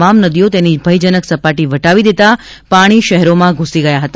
તમામ નદીઓ તેની ભયજનક સપાટી વટાવી દેતા પાણી શહેરોમાં ઘુસી ગયા હતા